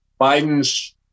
Biden's